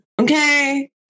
Okay